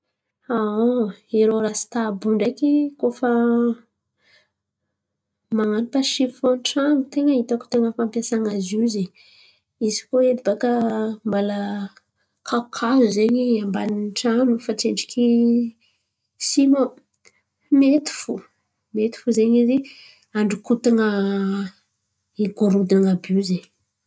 Aon irô rasita àby io ndraiky koa fa man̈ano pasifoa tran̈o tain̈a ny hitako tain̈a fampiasan̈a zo zen̈y. Izy koa zen̈y kakazo ambanin’ny tran̈o fa tsendriky sima mety fo mety fo zen̈y androkotan̈a igorodan̈a àby io zen̈y.